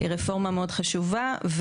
היא רפורמה מאוד חשובה,